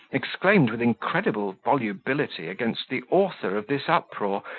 exclaimed with incredible volubility against the author of this uproar,